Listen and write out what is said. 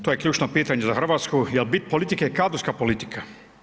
To je ključno pitanje za Hrvatsku jer bit politike je kadrovska politika.